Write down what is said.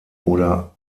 oder